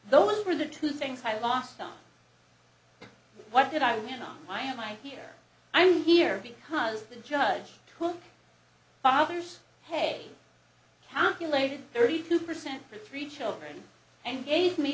those are the two things i lost on what did i was going on why am i here i'm here because the judge who bothers hey calculated thirty two percent for three children and gave me